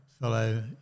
fellow